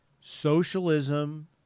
Socialism